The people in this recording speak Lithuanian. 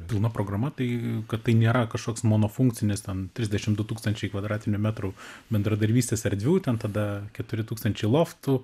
pilna programa tai kad tai nėra kažkoks monofunkcinis ten trisdešim du tūkstančiai kvadratinių metrų bendradarbystės erdvių ten tada keturi tūkstančiai loftų